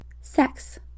sex